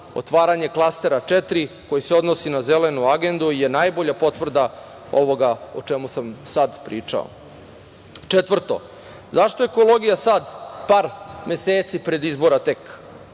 otvaranje Klastera 4 koji se odnosi na Zelenu agendu je najbolja potvrda ovoga o čemu sam sad pričao. Četvrto, zašto ekologija sad par meseci pred izbore tek?